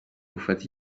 gufata